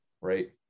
right